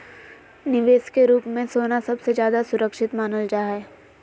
निवेश के रूप मे सोना सबसे ज्यादा सुरक्षित मानल जा हय